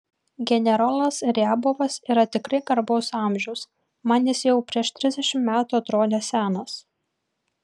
generolas riabovas yra tikrai garbaus amžiaus man jis jau prieš trisdešimt metų atrodė senas